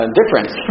difference